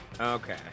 Okay